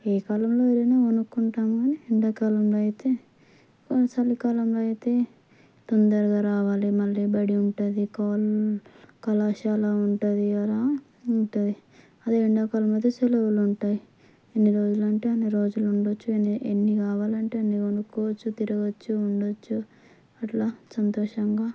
ఏ కాలంలో అయినా కొనుక్కుంటాము కానీ ఎండాకాలంలో అయితే చలికాలంలో అయితే తొందరగా రావాలి మళ్ళీ బడి ఉంటుంది కాల్ కళాశాల ఉంటుంది కదా ఉంటుంది అదే ఎండాకాలం అయితే సెలవులు ఉంటాయి ఎన్ని రోజులు అంటే అన్ని రోజులు ఉండవచ్చు ఎన్ని ఎన్ని కావాలంటే అన్ని కొనుక్కోవచ్చు తిరగవచ్చు ఉండవచ్చు అట్లా సంతోషంగా